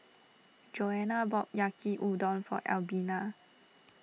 Joanna bought Yaki Udon for Albina